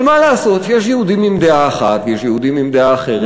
אבל מה לעשות שיש יהודים עם דעה אחת ויש יהודים עם דעה אחרת.